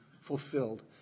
fulfilled